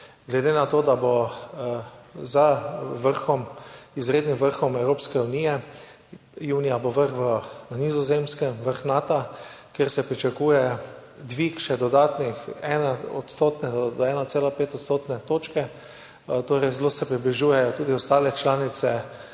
glede na to, da bo za izrednim vrhom Evropske unije, junija bo na Nizozemskem vrh Nata, kjer se pričakuje dvig za še dodatne 1,5-odstotne točke. Torej se že zelo približujejo tudi ostale članice,